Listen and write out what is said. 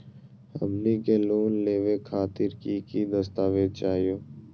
हमनी के लोन लेवे खातीर की की दस्तावेज चाहीयो?